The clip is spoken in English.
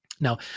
Now